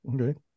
Okay